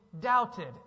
doubted